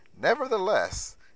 Nevertheless